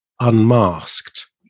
unmasked